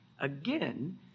again